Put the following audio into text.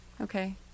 okay